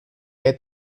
que